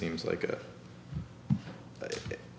seems like